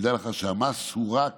תדע לך שהמס הוא רק